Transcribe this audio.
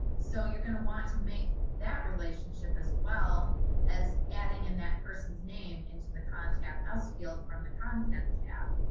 so you're going to want to make that relationship as well as adding in that person's name into the contact us field from the content tab,